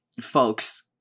folks